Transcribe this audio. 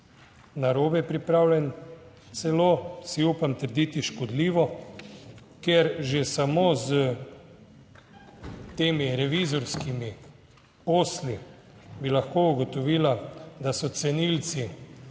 narobe pripravljen, celo si upam trditi škodljivo, ker že samo s temi revizorskimi posli bi lahko ugotovila, da so cenilci